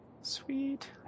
Sweet